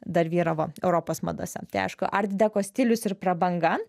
dar vyravo europos madose tai aišku art deko stilius ir prabanga